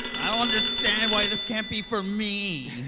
i don't understand why this can't be for me